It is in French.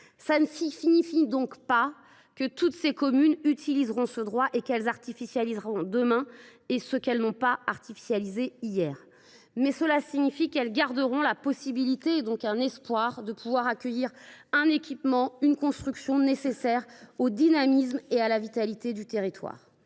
On ne saurait en déduire que toutes les communes utiliseront ce droit et qu’elles artificialiseront demain ce qu’elles n’ont pas artificialisé hier. En revanche, elles garderont la possibilité et, donc, l’espoir d’accueillir un équipement, une construction nécessaire au dynamisme et à la vitalité du territoire.